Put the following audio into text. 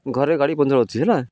ଘରେ ଗାଡ଼ି ପହଞ୍ଚିବାର ଅଛି ହେଲା